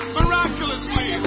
miraculously